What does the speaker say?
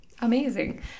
Amazing